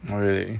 oh really